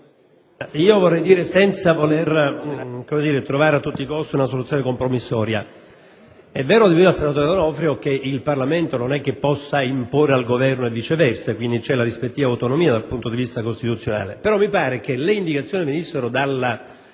Signor Presidente, senza voler trovare a tutti i costi una soluzione compromissoria, devo dire al senatore D'Onofrio che il Parlamento non è che possa imporre qualcosa al Governo e viceversa; quindi, c'è rispettiva autonomia dal punto di vista costituzionale. Però mi sembra che le indicazioni che venivano dalla